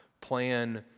plan